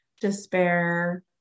despair